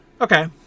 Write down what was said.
Okay